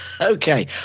Okay